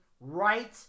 right